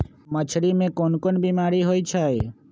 मछरी मे कोन कोन बीमारी होई छई